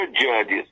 judges